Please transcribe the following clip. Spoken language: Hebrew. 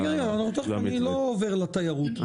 רגע, אני לא עובר לתיירות.